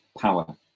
power